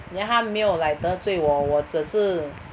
then 她没有 like 得罪我我只是